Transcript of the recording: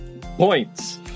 points